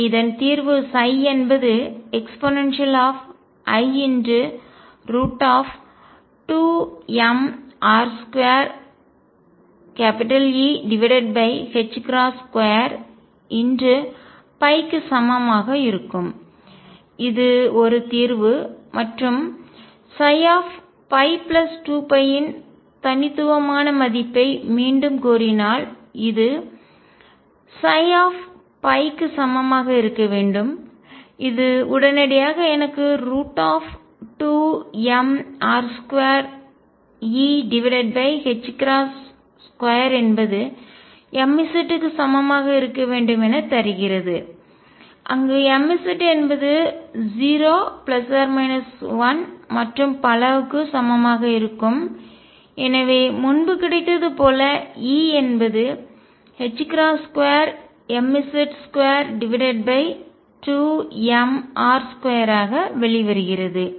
எனவே இதன் தீர்வு ψ என்பது ei√2mR22E க்கு சமம் ஆக இருக்கும் இது ஒரு தீர்வு மற்றும் ψϕ2π இன் தனித்துவமான மதிப்பை மீண்டும் கோரினால் இது ψ ϕ க்கு சமமாக இருக்க வேண்டும் அது உடனடியாக எனக்கு √2mR22E என்பது mz க்கு சமமாக இருக்க வேண்டும் என தருகிறது அங்கு mz என்பது 0 1 மற்றும் பல க்கு சமமாக இருக்கும் எனவே முன்பு கிடைத்தது போல E என்பது 2mz22mR2 ஆக வெளிவருகிறது